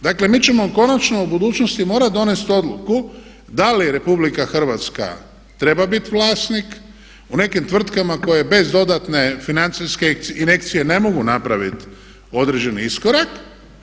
Dakle, mi ćemo konačno u budućnosti morati donijeti odluku da li RH treba biti vlasnik u nekim tvrtkama koje bez dodatne financijske injekcije ne mogu napraviti određeni iskorak.